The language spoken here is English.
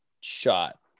shot